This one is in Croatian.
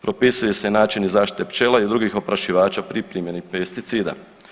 Propisuje se i načini zaštite pčela i drugih oprašivača pri primjeni pesticida.